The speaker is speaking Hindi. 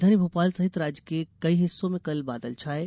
राजधानी भोपाल सहित राज्य के कई हिस्सों में कल बादल छाये रहे